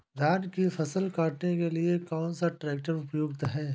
धान की फसल काटने के लिए कौन सा ट्रैक्टर उपयुक्त है?